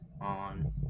on